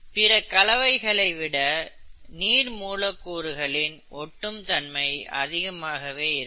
பிற கலவைகளை விட நீர் மூலக்கூறுகளின் ஒட்டும் தன்மை அதிகமாகவே இருக்கும்